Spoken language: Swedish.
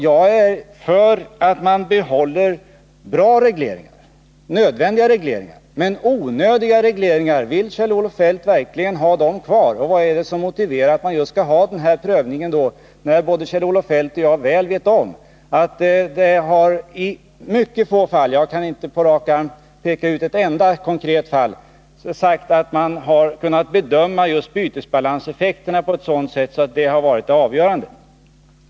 Jag är för att man behåller bra och nödvändiga regleringar. Men vill motiverar just denna prövning, när både Kjell-Olof Feldt och jag väl vet att Torsdagen den man i mycket få fall — jag kan inte på rak arm peka ut ett enda konkret fall — 12 november 1981 har sagt att man kunnat bedöma just bytesbalanseffekterna på ett sådant sätt att de varit det avgörande.